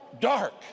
dark